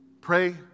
pray